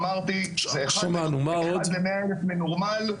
אמרתי 1 ל-100 אלף מנורמל,